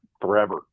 forever